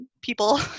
people